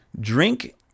drink